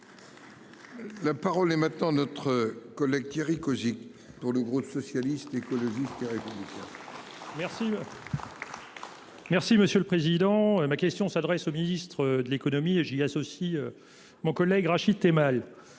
La parole est maintenant notre collègue Thierry Cozic pour le groupe socialiste. Le le ministère. Merci monsieur le président, ma question s'adresse au ministre de l'Économie et j'y associe. Mon collègue Rachid Temal.